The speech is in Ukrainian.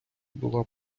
була